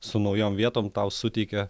su naujom vietom tau suteikia